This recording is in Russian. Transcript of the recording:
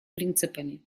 принципами